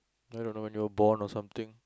I don't know when you all bond or something